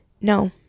no